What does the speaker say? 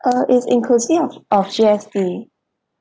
uh it's inclusive of of G_S_T